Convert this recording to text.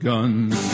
Guns